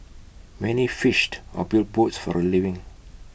many fished or built boats for A living